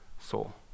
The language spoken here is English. soul